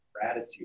gratitude